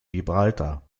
gibraltar